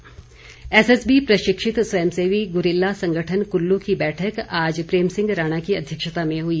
guerrilla संगठन SSB प्रशिक्षित स्वयं सेवी गुरिल्ला संगठन कुल्लू की बैठक आज प्रेम सिंह राणा की अध्यक्षता में हुई